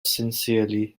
sincerely